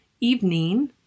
evening